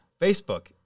Facebook